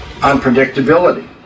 Unpredictability